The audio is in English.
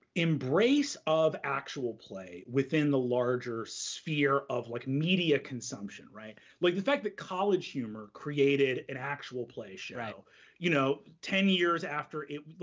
embrace of actual play within the larger sphere of like media consumption, right? like the fact that college humor created an actual play show you know ten years after it,